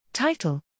Title